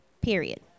period